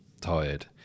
tired